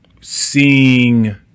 seeing